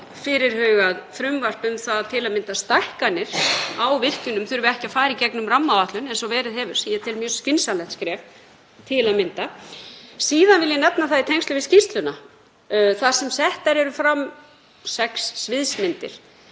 fyrirhugað frumvarp um það að til að mynda stækkanir á virkjunum þurfi ekki að fara í gegnum rammaáætlun eins og verið hefur, sem ég tel mjög skynsamlegt skref. Síðan vil ég nefna það í tengslum við skýrsluna þar sem settar eru fram sex sviðsmyndir